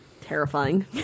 Terrifying